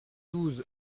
douze